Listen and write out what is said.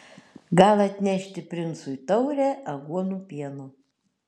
gal atnešti princui taurę aguonų pieno